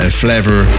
flavor